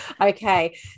okay